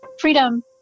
freedom